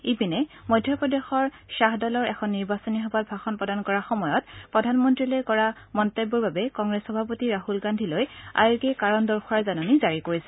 ইপিনে মধ্য প্ৰদেশৰ শ্বাহদলৰ এখন নিৰ্বাচনী সভাত ভাষণ প্ৰদান কৰাৰ সময়ত প্ৰধানমন্ত্ৰীলৈ কৰা মন্তব্যৰ বাবে কংগ্ৰেছ সভাপতি ৰাছল গান্ধীলৈ আয়োগে কাৰণ দৰ্শেৱাৰ জাননী জাৰি কৰিছে